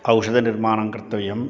औषधनिर्माणं कर्तव्यम्